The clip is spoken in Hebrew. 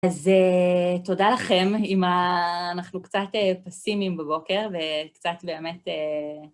אז תודה לכם, אנחנו קצת פסימים בבוקר וקצת באמת...